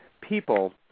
people